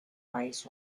eyes